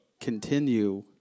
continue